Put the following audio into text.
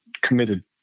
committed